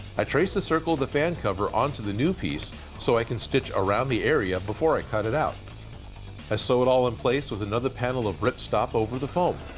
i traced the circle the fan cover onto the new piece so i can stitch around the area before i cut it out i sew it all in place with another panel of rip stop over the foam.